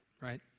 Right